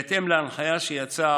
בהתאם להנחיה שיצאה,